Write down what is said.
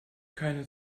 keine